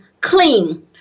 clean